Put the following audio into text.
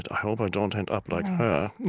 and i hope i don't end up like her.